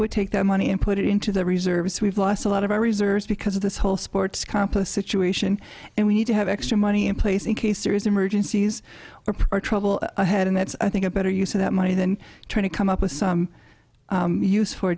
would take that money and put it into the reserves we've lost a lot of our reserves because of this whole sports complex situation and we need to have extra money in place in case there is emergencies or trouble ahead and that's i think a better use of that money than trying to come up with some use for